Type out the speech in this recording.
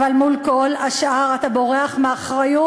אבל מול כל השאר אתה בורח מאחריות,